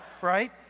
right